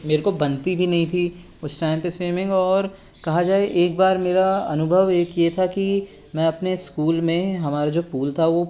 मेरे को बनती भी नहीं थी उस टाइम पे स्विमिंग और कहा जाए एक बार मेरा अनुभव एक ये था कि मैं अपने इस्कूल में हमारा जो पुल था वो